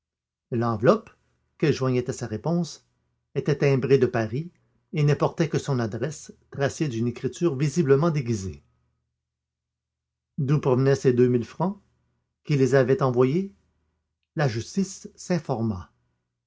l'enveloppe qu'elle joignait à sa réponse était timbrée de paris et ne portait que son adresse tracée d'une écriture visiblement déguisée d'où provenaient ces deux mille francs qui les avait envoyés la justice s'informa